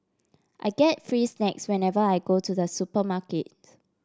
I get free snacks whenever I go to the supermarket